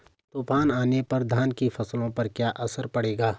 तूफान आने पर धान की फसलों पर क्या असर पड़ेगा?